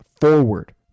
forward